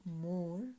more